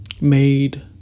made